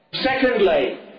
Secondly